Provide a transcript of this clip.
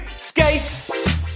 Skates